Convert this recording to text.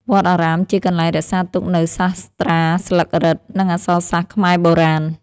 វត្តអារាមជាកន្លែងរក្សាទុកនូវសាស្រ្តាស្លឹករឹត និងអក្សរសាស្ត្រខ្មែរបុរាណ។